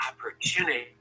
opportunity